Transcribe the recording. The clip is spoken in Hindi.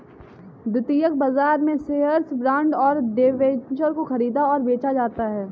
द्वितीयक बाजार में शेअर्स, बॉन्ड और डिबेंचर को ख़रीदा और बेचा जाता है